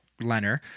Leonard